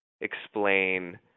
explain